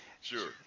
Sure